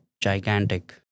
gigantic